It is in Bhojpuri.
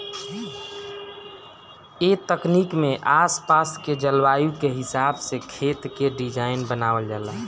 ए तकनीक में आस पास के जलवायु के हिसाब से खेत के डिज़ाइन बनावल जाला